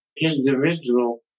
individual